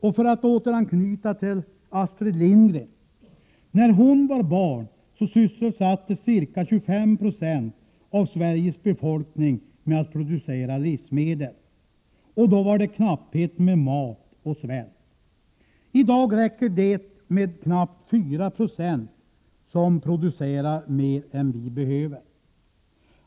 Jag vill här återknyta till Astrid Lindgren. När hon var barn sysselsattes ca 25 90 av Sveriges befolkning med att producera livsmedel. Då fanns det knappt om mat och svält rådde. I dag räcker det med att knappt 4 96 producerar mer än vi behöver.